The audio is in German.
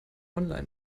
online